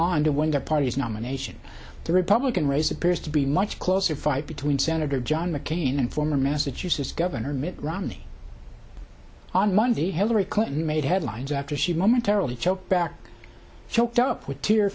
on to win the party's nomination the republican race appears to be much closer fight between senator john mccain and former massachusetts governor mitt romney on monday hillary clinton made headlines after she momentarily choked back choked up with tear